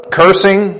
cursing